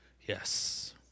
Yes